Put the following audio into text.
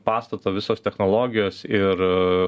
pastato visos technologijos ir